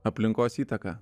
aplinkos įtaka